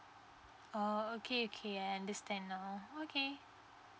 oh okay okay I understand okay